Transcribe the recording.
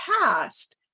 past